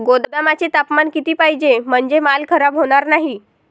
गोदामाचे तापमान किती पाहिजे? म्हणजे माल खराब होणार नाही?